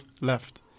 left